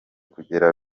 kugera